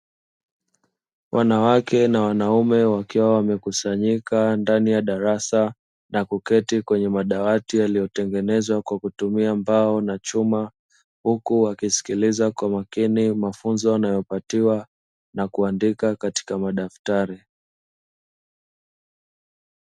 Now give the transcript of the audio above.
Wanawake na wanaume wakiwa wamekusanyika ndani ya darasa na kuketi kwenye madawati yaliyotengenezwa kwa kutumia mbao na chuma, huku wakisikiliza kwa makini mafunzo wanayopatiwa na kuandika katika madaftari.